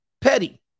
Petty